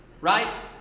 right